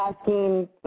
asking